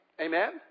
Amen